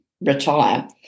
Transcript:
retire